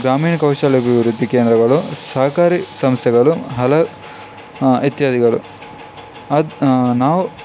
ಗ್ರಾಮೀಣ ಕೌಶಲ್ಯಾಭಿವೃದ್ಧಿ ಕೇಂದ್ರಗಳು ಸಹಕಾರಿ ಸಂಸ್ಥೆಗಳು ಹಲ ಇತ್ಯಾದಿಗಳು ಅದು ನಾವು